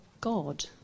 God